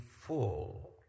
full